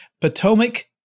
Potomac